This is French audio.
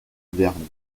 verny